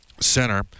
center